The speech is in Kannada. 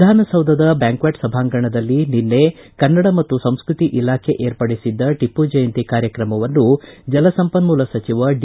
ವಿಧಾನಸೌಧದ ಬ್ಯಾಂಕ್ಷೆಟ್ ಸಭಾಂಗಣದಲ್ಲಿ ನಿನ್ನೆ ಕನ್ನಡ ಮತ್ತು ಸಂಸ್ಕತಿ ಇಲಾಖೆ ಏರ್ಪಡಿಸಿದ್ದ ಟಿಪ್ಪು ಜಯಂತಿ ಕಾರ್ಯಕ್ರಮವನ್ನು ಜಲಸಂಪನ್ನೂಲ ಸಚಿವ ಡಿ